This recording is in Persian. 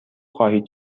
خواهید